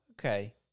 okay